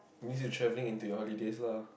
this is travelling into your holidays lah